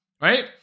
Right